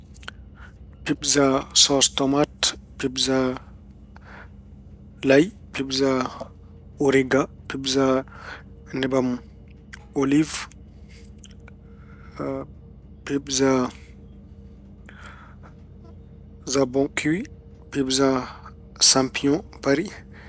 Pijja Soos tamaate, pijja layi, pijja origa, pijja nebam oliiw, pijja jabonki, pijja sampiyoŋ pari